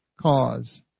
cause